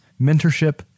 mentorship